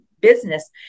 business